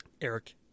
Eric